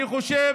אני חושב